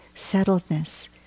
settledness